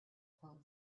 poem